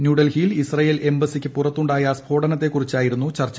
ന്യൂഡൽഹിയിൽ ഇസ്രയേൽ എംബസിക്ക് പുറത്തുണ്ടായ സ്ഫോടനത്തെക്കുറിച്ചായിരുന്നു ചർച്ച